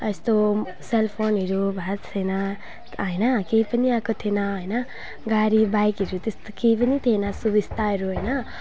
यस्तो सेलफोनहरू भए छैन होइन केही पनि आएको थिएन होइन गाडी बाइकहरू त्यस्तो केही पनि थिएन सुबिस्ताहरू होइन